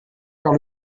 par